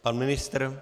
Pan ministr?